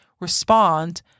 respond